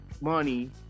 money